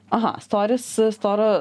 aha storis storo